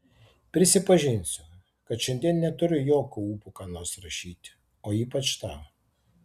prisipažinsiu kad šiandien neturiu jokio ūpo ką nors rašyti o ypač tau